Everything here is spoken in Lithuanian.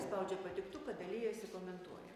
spaudžia patiktką dalijasi komentuoja